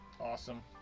awesome